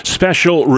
special